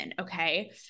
okay